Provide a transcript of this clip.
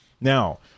Now